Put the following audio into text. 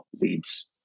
leads